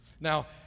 now